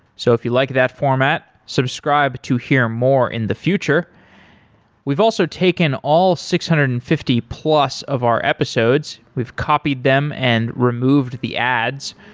so if you like that format, subscribe to hear more in the future we've also taken all six hundred and fifty plus of our episodes. we've copied them and removed the ads,